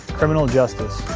criminal justice,